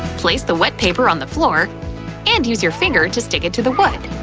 place the wet paper on the floor and use your finger to stick it to the wood.